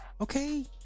Okay